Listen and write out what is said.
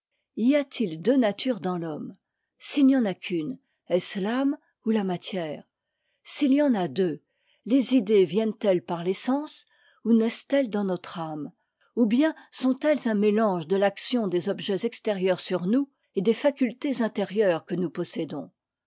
y a-t-il deux natures dans l'homme s'il n'y en a qu'une est-ce l'âme ou la matière s'il y en a deux les idées viennent-elles par les sens ou naissent elles dans notre âme ou bien sont-elles un mélange de l'action des objets extérieurs sur nous et des facultés intérieures que nous possédons